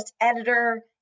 editor